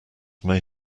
may